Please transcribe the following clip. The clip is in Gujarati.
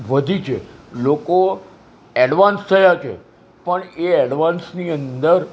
વધી છે લોકો એડવાન્સ થયાં છે પણ એ એડવાન્સની અંદર